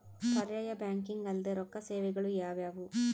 ಪರ್ಯಾಯ ಬ್ಯಾಂಕಿಂಗ್ ಅಲ್ದೇ ರೊಕ್ಕ ಸೇವೆಗಳು ಯಾವ್ಯಾವು?